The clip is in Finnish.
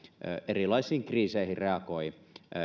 erilaisiin kriiseihin reagoivat